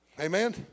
Amen